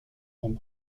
and